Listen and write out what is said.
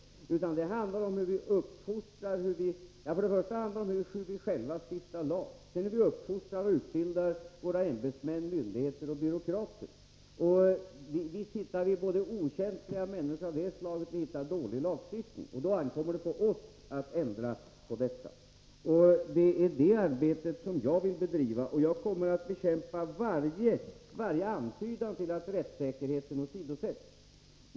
Först och främst handlar det hela om hur vi själva stiftar lag, sedan om hur vi uppfostrar och utbildar våra ämbetsmän, myndigheter och byråkrater. Visst hittar vi i det sammanhanget både okänsliga människor och dålig lagstiftning. Då ankommer det på oss att ändra på detta. Det är det arbetet jag vill bedriva, och jag kommer att bekämpa varje antydan till att rättssäkerheten åsidosätts.